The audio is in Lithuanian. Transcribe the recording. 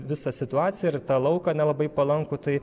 visą situaciją ir tą lauką nelabai palankų tai